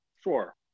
Sure